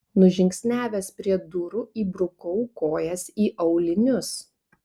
nužingsniavęs prie durų įbrukau kojas į aulinius